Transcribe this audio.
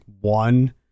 one